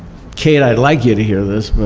kate, i'd like you to hear this, but.